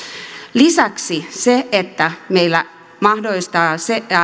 lisäksi meillä mahdollistetaan